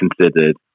considered